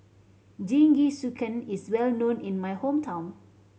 Jingisukan is well known in my hometown